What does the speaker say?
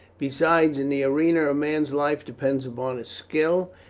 besides, in the arena a man's life depends upon his skill,